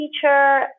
teacher